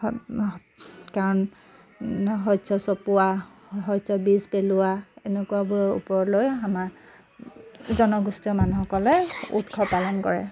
কাৰণ শস্য চপোৱা শস্য বীজ পেলোৱা এনেকুৱাবোৰৰ ওপৰলৈ আমাৰ জনগোষ্ঠীয় মানুহসকলে উৎসৱ পালন কৰে